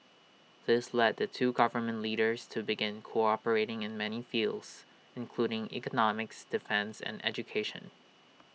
this led the two government leaders to begin cooperating in many fields including economics defence and education